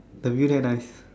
the view there nice